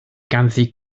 ganddi